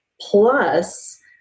plus